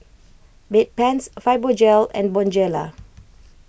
Bedpans Fibogel and Bonjela